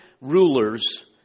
rulers